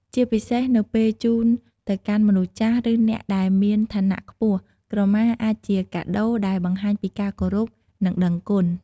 ជាពិសេសនៅពេលជូនទៅកាន់មនុស្សចាស់ ឬអ្នកដែលមានឋានៈខ្ពស់ ក្រមាអាចជាកាដូដែលបង្ហាញពីការគោរព និងដឹងគុណ។